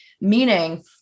meaning